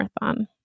Marathon